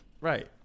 Right